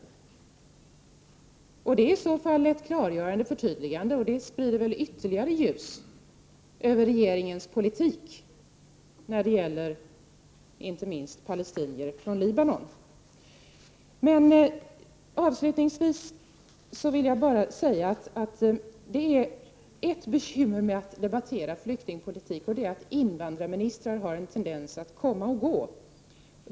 Det är i så fall ett klargörande förtydligande. Det sprider väl ytterligare ljus över regeringens politik när det gäller inte minst palestinier från Libanon. Avslutningsvis vill jag säga att det finns ett bekymmer med att debattera flyktingpolitik, och det är att invandrarministrar har en tendens att komma och gå.